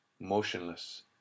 Motionless